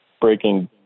breaking